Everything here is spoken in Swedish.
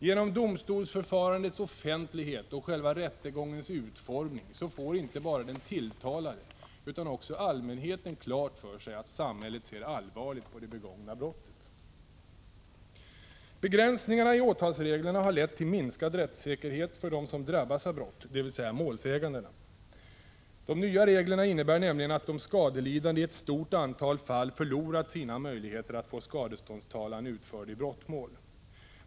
Genom domstolsförfarandets offentlighet och själva rättegångens utformning får inte bara den tilltalade utan även allmänheten klart för sig att samhället ser allvarligt på det begångna brottet. Begränsningarna i åtalsreglerna har lett till minskad rättssäkerhet för dem som drabbas av brott, dvs. målsägandena. De nya reglerna innebär nämligen att de skadelidande i ett stort antal fall förlorat sina möjligheter att få skadeståndstalan utförd i brottmål.